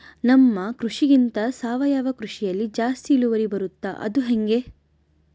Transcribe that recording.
ನಮ್ಮ ಕೃಷಿಗಿಂತ ಸಾವಯವ ಕೃಷಿಯಲ್ಲಿ ಜಾಸ್ತಿ ಇಳುವರಿ ಬರುತ್ತಾ ಅದು ಹೆಂಗೆ?